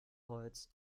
holz